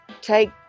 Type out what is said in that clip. take